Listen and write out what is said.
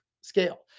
scale